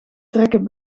trekken